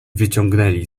wyciągnęli